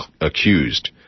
accused